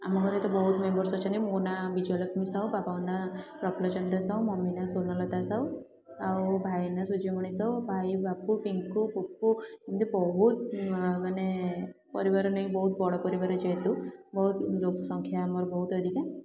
ଆମ ଘରେ ତ ବହୁତ ମେମ୍ବର୍ସ ଅଛନ୍ତି ମୋ ନାଁ ବିଜୟଲକ୍ଷ୍ମୀ ସାହୁ ବାପାଙ୍କ ନାଁ ପ୍ରଫୁଲଚନ୍ଦ୍ର ସାହୁ ମମି ନାଁ ସ୍ୱର୍ଣ୍ଣଲତା ସାହୁ ଆଉ ଭାଇ ନାଁ ସୂର୍ଯ୍ୟମଣି ସାହୁ ଭାଇ ବାପୁ ପିଙ୍କୁ ପୁପୁ ଏମିତି ବହୁତ ମାନେ ପରିବାର ନେଇକି ବହୁତ ବଡ଼ ପରିବାର ଯେହେତୁ ବହୁତ ଲୋକସଂଖ୍ୟା ଆମର ବହୁତ ଅଧିକା